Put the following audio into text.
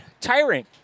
tiring